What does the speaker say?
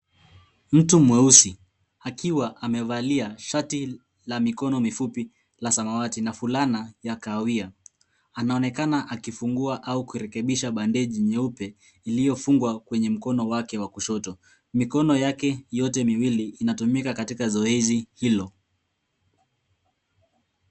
Mtu mweusi akiwa amevalia shati la mikono mifupi la samawati na fulana ya kahawia. Anaonekana akifungua au kurekebisha bandeji nyeupe iliyofungwa kwenye mkono wake wa kushoto. Mikono yake yote miwili inatumika katika zoezi hilo.